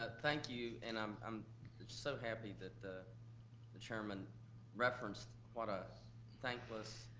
ah thank you. and i'm um so happy that the the chairman referenced what a thankless,